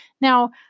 Now